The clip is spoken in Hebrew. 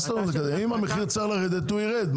אם המחיר צריך לרדת, הוא ירד.